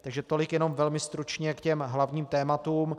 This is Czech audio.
Takže tolik jenom velmi stručně k těm hlavním tématům.